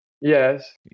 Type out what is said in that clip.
yes